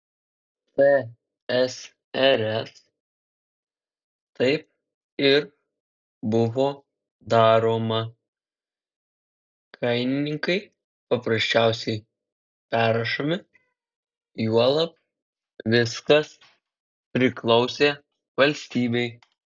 tsrs taip ir buvo daroma kainininkai paprasčiausiai perrašomi juolab viskas priklausė valstybei